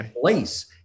place